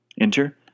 Enter